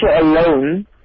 alone